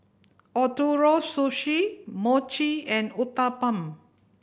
Ootoro Sushi Mochi and Uthapam